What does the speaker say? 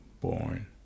born